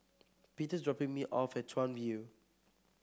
Peter's dropping me off at Chuan View